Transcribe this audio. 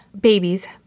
babies